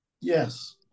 Yes